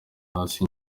hasi